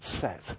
set